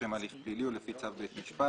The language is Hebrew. לשם הליך פלילי או לפי צו בית משפט.